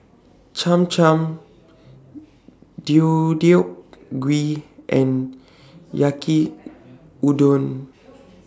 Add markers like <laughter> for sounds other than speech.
Cham Cham <noise> Deodeok Gui and Yaki Udon